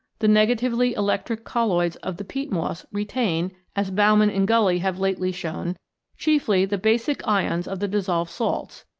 the negatively electric colloids of the peat moss retain, as baumann and gully have lately shown chiefly the basic ions of the dissolved salts,